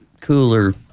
cooler